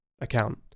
account